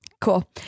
Cool